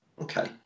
Okay